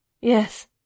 Yes